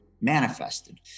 manifested